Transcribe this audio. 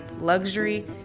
luxury